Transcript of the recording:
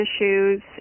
issues